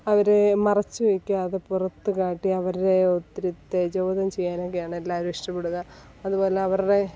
അവരെ മറച്ച് വെക്കാതെ പുറത്ത് കാട്ടി അവരുടെ ഒത്തിരി തേജോവധം ചെയ്യാനൊക്കെയാണ് എല്ലാവരും ഇഷ്ടപ്പെടുക അതുപോലവരുടെ